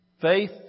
Faith